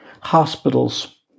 hospitals